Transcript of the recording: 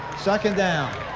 second down.